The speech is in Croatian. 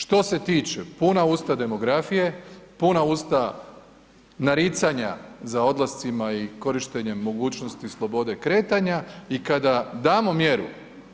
Što se tiče puna usta demografije, puna usta naricanja za odlascima i korištenjem mogućnosti slobode kretanja i kada damo mjeru